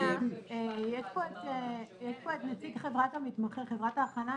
יש פה את נציג חברת "המתמחה", חברת ההכנה.